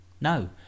No